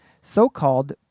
So-called